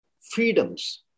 freedoms